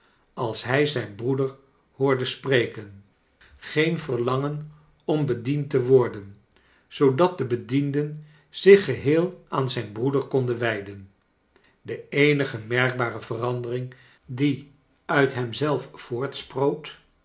als hij zijn broeder hoorde spreken geen verlangen om bediend te worden zoodat de bedienden zich geheel aan zijn broeder konden wijden de eenige merkbare verandering die uit hem zelf voortsproot